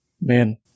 man